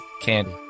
candy